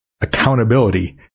accountability